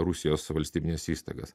rusijos valstybines įstaigas